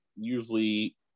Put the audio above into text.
usually